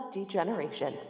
Degeneration